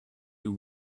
you